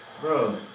Bro